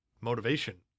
motivation